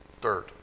third